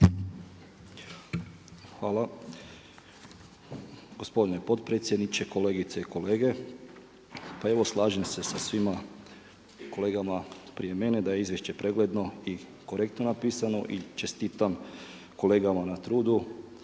Hvala gospodine potpredsjedniče, kolegice i kolege. Pa evo slažem se sa svima kolegama prije mene da je izvješće pregledno i korektno napisano i čestitam kolegama na trudu